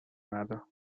مردا